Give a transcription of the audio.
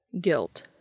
guilt